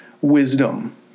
wisdom